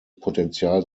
potenzial